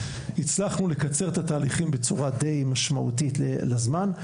הצלחנו לקצר את התהליכים בצורה די משמעותית לזמן,